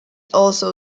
also